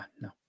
no